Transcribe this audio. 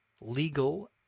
legal